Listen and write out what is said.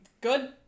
good